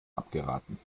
abgeraten